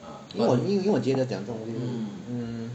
因为因为我觉得讲这种东西 mm